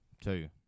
two